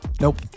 Nope